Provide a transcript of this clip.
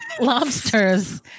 lobsters